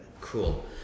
cool